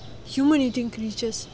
human eating creatures